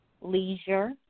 leisure